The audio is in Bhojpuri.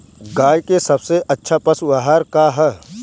गाय के सबसे अच्छा पशु आहार का ह?